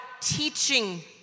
teaching